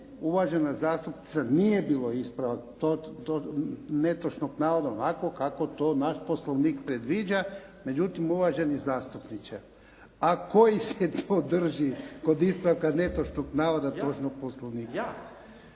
uvažena zastupnica nije bio ispravak netočnog navoda onako kako to naš Poslovnik predviđa. Međutim, uvaženi zastupniče, a koji se to drži kod ispravka netočnog navoda točno Poslovnika?